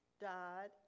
died